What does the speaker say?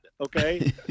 okay